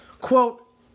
quote